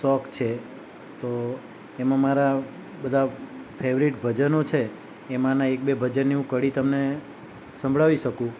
શોખ છે તો એમાં મારા બધા ફેવરેટ ભજનો છે એમાંના એક બે ભજનની હું કડી તમને સંભળાવી શકું